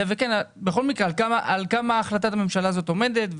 בכל מקרה, על כמה החלטת הממשלה הזאת עומדת?